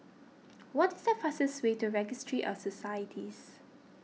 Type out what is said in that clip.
what is the fastest way to Registry of Societies